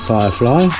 Firefly